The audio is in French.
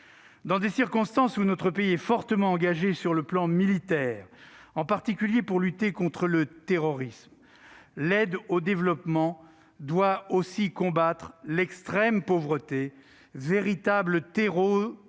Dans des circonstances où notre pays est fortement engagé sur le plan militaire, en particulier pour lutter contre le terrorisme, l'aide au développement doit aussi combattre l'extrême pauvreté, véritable terreau